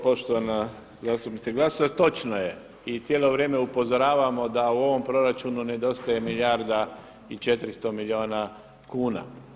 Poštovana zastupnice Glasovac, točno je i cijelo vrijeme upozoravamo da u ovom proračunu nedostaje milijarda i 400 milijuna kuna.